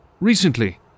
Recently